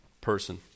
person